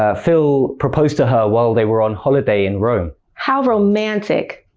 ah phil proposed to her while they were on holiday in rome. how romantic!